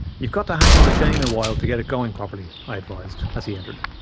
you've got to hang on the chain a while to get it going properly i advised, as he entered.